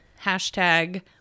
hashtag